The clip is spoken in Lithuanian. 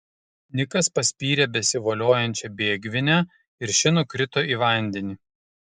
nikas paspyrė besivoliojančią bėgvinę ir ši nukrito į vandenį